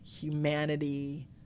humanity